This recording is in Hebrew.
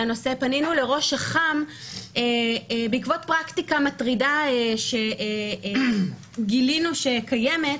לראש אח"מ בעקבות פרקטיקה מטרידה שגילינו שקיימת.